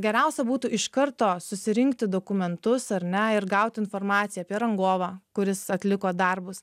geriausia būtų iš karto susirinkti dokumentus ar ne ir gauti informaciją apie rangovą kuris atliko darbus